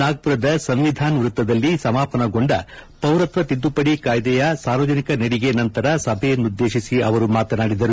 ನಾಗ್ಪುರದ ಸಂವಿಧಾನ ವೃತ್ತದಲ್ಲಿ ಸಮಾಪನಗೊಂಡ ಪೌರತ್ವದಡಿ ತಿದ್ದುಪಡಿ ಕಾಯ್ಲೆಯ ಸಾರ್ವಜನಿಕ ನಡಿಗೆ ನಂತರ ಸಭೆಯನ್ನುದ್ದೇತಿಸಿ ಅವರು ಮಾತನಾಡಿದರು